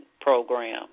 program